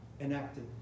enacted